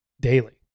daily